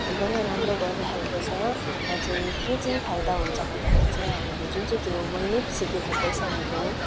एकदमै राम्रो गरिराखेको छ र चाहिँ के चाहिँ फाइदा हुन्छ भन्दाखेरि चाहिँ हामीले जुन चाहिँ त्यो महिनापछि दिएको पैसा हुन्छ